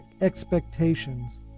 expectations